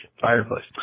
fireplace